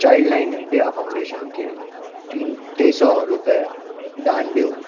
child line India foundation खे तीन टे सौ रुपिया दानु ॾियो